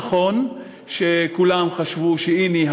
נכון שכולם חשבו שהנה,